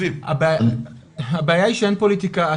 הבעיה היא שאין פוליטיקאי,